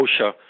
OSHA